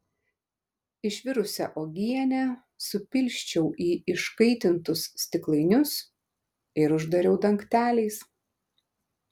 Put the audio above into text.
išvirusią uogienę supilsčiau į iškaitintus stiklainius ir uždariau dangteliais